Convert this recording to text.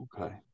Okay